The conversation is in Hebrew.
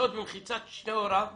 לשהות במחיצת שני הוריו.